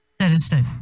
citizen